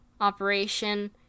operation